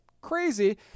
Crazy